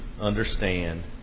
understand